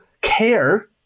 care